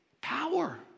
power